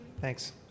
Thanks